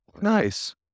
Nice